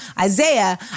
Isaiah